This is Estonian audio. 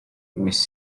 mis